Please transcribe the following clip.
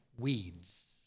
weeds